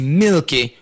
milky